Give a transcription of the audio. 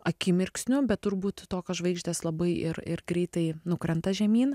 akimirksniu bet turbūt tokios žvaigždės labai ir ir greitai nukrenta žemyn